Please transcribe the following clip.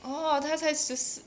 orh 他才十四